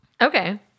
Okay